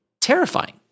terrifying